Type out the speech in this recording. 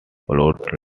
plot